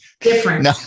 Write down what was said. Different